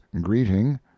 greeting